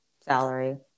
salary